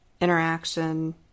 interaction